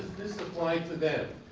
this apply to them?